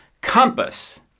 compass